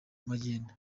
magendu